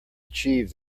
achieve